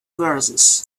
verses